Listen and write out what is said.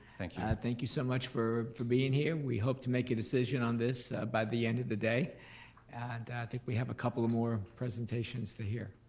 thank you. thank you so much for for being here, we hope to make a decision on this by the end of the day and i think we have a couple of more presentations to hear.